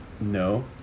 No